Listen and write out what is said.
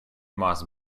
must